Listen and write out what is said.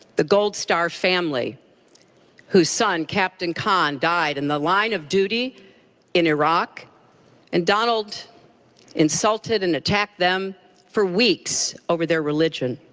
the gold star family whose son, captain khan died in the line of duty in iraq and donald insulted and attacked them for weeks over their religion.